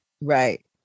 Right